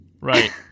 right